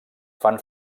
fan